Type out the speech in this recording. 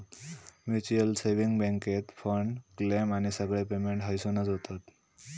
mutual saving बॅन्केत fund, claim आणि सगळे पेमेंट हयसूनच होतत